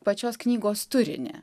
pačios knygos turinį